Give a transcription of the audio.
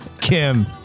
Kim